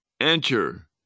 Enter